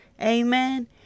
Amen